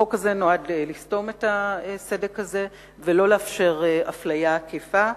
החוק הזה נועד לסתום את הסדק הזה ולא לאפשר אפליה עקיפה.